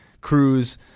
Cruz